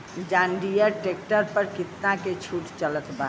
जंडियर tractor पर कितना के छूट चलत बा?